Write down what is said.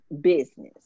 business